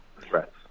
threats